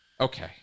Okay